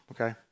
okay